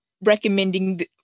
recommending